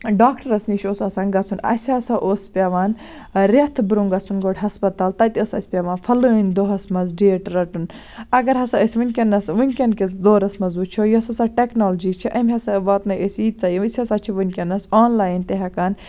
ڈاکٹرَس نِش اوس آسان گژھُن اَسہِ ہسا اوس پیٚوان رٮ۪تھ برونٛہہ گژھُن گۄڈٕ ہَسپَتال تَتہِ اوس اَسہِ پیٚوان فَلانۍ دۄہَس منٛز ڈیٹ رَٹُن اَگر ہسا أسۍ ؤنکیٚنس ؤنکیٚن کِس دورَس منٛز وُچھو یۄس ہسا ٹیکنالجی چھےٚ أمۍ ہسا واتنٲیو أسۍ یِژھ أسۍ ہسا چھِ ؤنکیٚنس آن لاین تہِ ہیٚکان